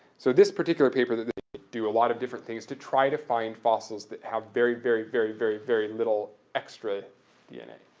so, this particular paper do a lot of different things to try to find fossils that have very, very, very, very, very little extra dna.